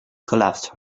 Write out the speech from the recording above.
collapsed